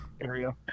area